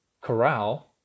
corral